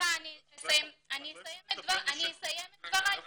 את לא יכולה לדבר בשם משרד המשפטים --- לא,